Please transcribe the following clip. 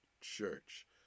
church